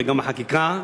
וגם החקיקה,